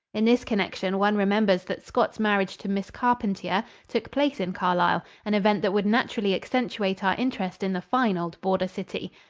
in this connection one remembers that scott's marriage to miss carpentier took place in carlisle, an event that would naturally accentuate our interest in the fine old border city.